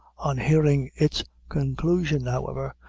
on hearing its conclusion, however,